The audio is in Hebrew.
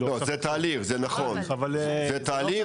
לא, זה תהליך, זה נכון, זה תהליך